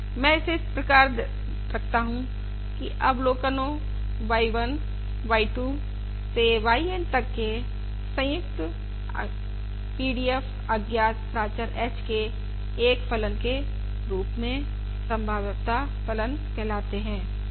मैं इसे इस प्रकार रखता हूं की अवलोकनो y 1 y 2 से yN तक के संयुक्त PDF अज्ञात प्राचर h के एक फलन के रूप में संभाव्यता फलन कहलाते है